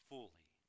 fully